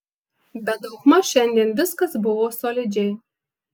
bet daugmaž šiandien viskas buvo solidžiai